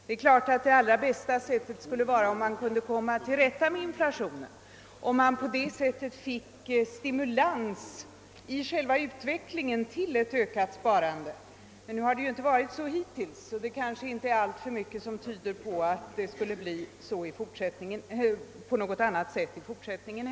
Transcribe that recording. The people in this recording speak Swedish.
Det är klart att det allra bästa skulle vara, om man kunde komma till rätta med inflationen, så att man på det sättet fick en stimulans till ett ökat sparande i själva utvecklingen. Men så har det ju inte varit hittills, och det kanske inte är alltför mycket som tyder på att det blir någon ändring härvidlag i fortsättningen.